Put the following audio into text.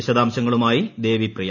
വിശദാശങ്ങളുമായി Devipriya